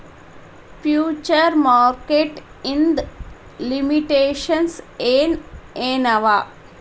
Future market ಇಂದ್ limitations ಏನ್ ಏನವ?